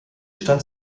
stand